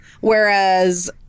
whereas